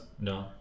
No